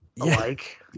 alike